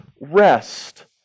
rest